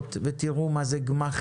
לקהילות ותראו מה זה גמ"חים,